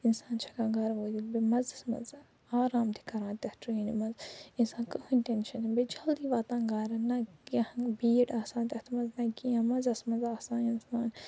اِنسان چھُ ہٮ۪کان گَرٕ وٲتِتھ بیٚیہِ مَزَس مَنٛز آرام تہِ کَران تتھ ٹرینہِ مَنٛز بیٚیہ آسان کٕہیٖنٛۍ ٹٮ۪نشَن بیٚیہِ چھُ جلدی واتان گَرٕ نہَ کیٚنٛہہ بیٖڑ آسان تتھ مَنٛز نہَ کیٚنٛہہ مَزَس مَنٛز آسان اِنسان